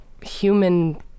human